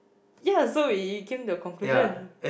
ya so it came the conclusion